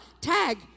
Tag